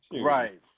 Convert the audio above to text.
right